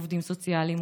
עובדים סוציאליים,